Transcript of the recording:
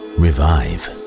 revive